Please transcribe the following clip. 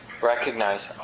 recognize